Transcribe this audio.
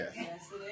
Yes